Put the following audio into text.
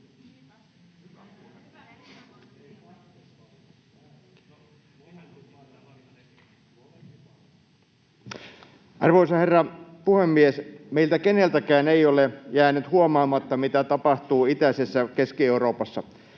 Arvoisa herra puhemies! Meiltä keneltäkään ei ole jäänyt huomaamatta, mitä tapahtuu itäisessä Keski-Euroopassa.